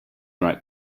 right